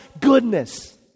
goodness